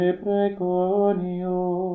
preconio